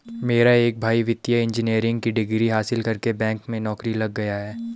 मेरा एक भाई वित्तीय इंजीनियरिंग की डिग्री हासिल करके बैंक में नौकरी लग गया है